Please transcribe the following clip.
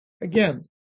again